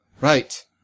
Right